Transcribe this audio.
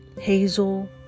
Hazel